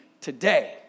today